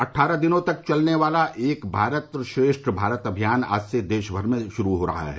अट्ठारह दिनों तक चलने वाला एक भारत श्रेष्ठ भारत अभियान आज से देश भर में शुरू हो रहा है